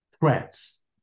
threats